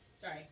sorry